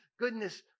Goodness